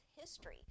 history